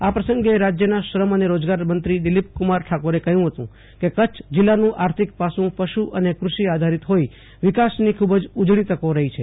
આ પ્રસંગે રાજ્યના શ્રમ અને રોજગાર મંત્રી દિલીપકુમાર ઠાકોરે કહ્યું હતું કે કચ્છ જિલ્લાનું આર્થિક પાસુ પશુ અને કૃષિ આધારિત હોઈ વિકાસની ખુબ જ ઉજળી તકો રહી છે